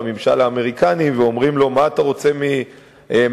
הממשל האמריקני ואומרים לו: מה אתה רוצה מהממשלה?